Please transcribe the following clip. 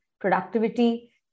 productivity